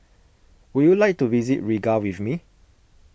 would you like to visit Riga with me